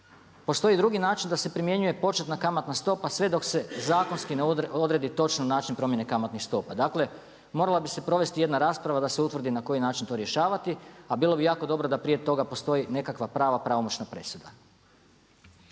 Postoji drugi način da se primjenjuje početna kamatna stopa sve dok se zakonski ne odredi točan način promjene kamatnih stopa. Dakle, morala bi se provesti jedna rasprava da se utvrdi na koji način to rješavati, a bilo bi jako dobro da prije toga postoji nekakva prava pravomoćna presuda.